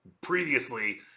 previously